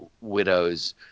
Widows